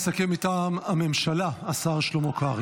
יסכם מטעם הממשלה השר שלמה קרעי.